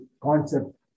concept